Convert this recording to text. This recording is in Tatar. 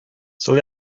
сул